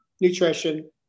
nutrition